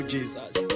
Jesus